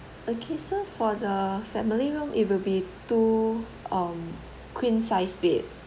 okay so for the family room it will be two um queen size bed